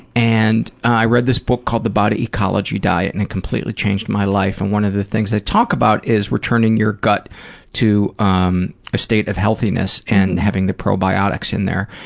and i read this book called the body ecology diet and it completely changed my life, and one of things they talk about is returning your gut to um a state of healthiness and having the probiotics in there.